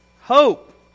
hope